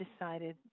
decided